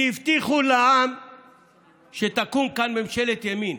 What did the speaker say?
כי הבטיחו לעם שתקום כאן ממשלת ימין.